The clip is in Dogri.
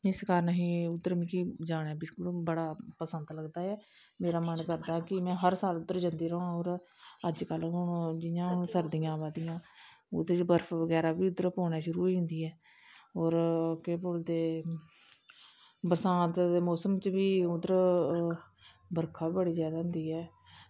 इस कारन मिगी उद्धर जानां बड़ा पसंद लगदा ऐ मेरा मन करदा ऐ कि में हर साल उद्धर जंदी रवां और अज्ज कल जियां हून सर्दियां अवा दियां ओह्दे च बर्फ बगैरा बी ओह्दे च पौना शुरु होई जंदी ऐ और केह् बोलदे बरसांत दे मौसम च बी उध्दर बर्खा बी बड़ी जादा होंदी ऐ